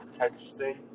texting